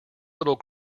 little